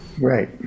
Right